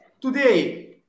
Today